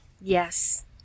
yes